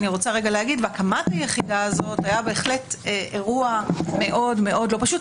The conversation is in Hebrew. והקמת היחידה הזאת הייתה בהחלט אירוע מאוד מאוד לא פשוט.